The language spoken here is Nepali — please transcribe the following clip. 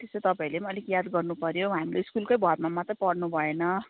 यसो तपाईँहरूले पनि अलिक याद गर्नुपर्यो हौ हाम्रो स्कुलकै भरमा मात्रै पर्नुभएन